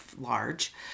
large